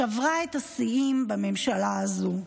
שברה את השיאים בממשלה הזו: